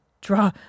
draw